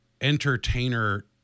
entertainer